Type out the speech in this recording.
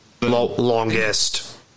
longest